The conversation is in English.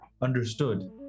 understood